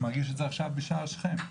מרגיש את זה עכשיו בשער שכם.